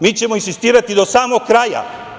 Mi ćemo insistirati do samog kraja.